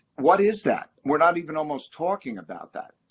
what is that? we're not even almost talking about that.